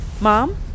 Mom